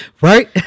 Right